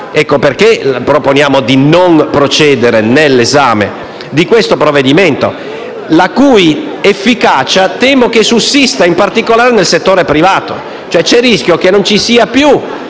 Ecco perché proponiamo di non procedere con l'esame del provvedimento, la cui efficacia - temo - si manifesta in particolare nel settore privato. Si corre il rischio che non ci siano più